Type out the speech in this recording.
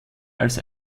als